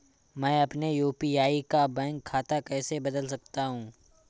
मैं अपने यू.पी.आई का बैंक खाता कैसे बदल सकता हूँ?